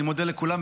אני מודה לכולם.